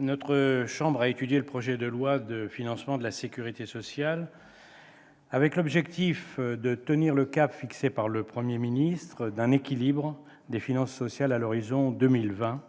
notre chambre a étudié le projet de loi de financement de la sécurité sociale pour 2018, avec l'objectif de tenir le cap, fixé par le Premier ministre, d'un équilibre des finances sociales à l'horizon 2020,